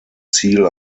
ziel